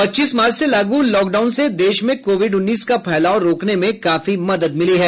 पच्चीस मार्च से लागू लॉकडाउन से देश में कोविड उन्नीस का फैलाव रोकने में काफी मदद मिली है